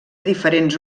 diferents